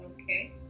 Okay